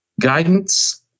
guidance